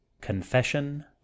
Confession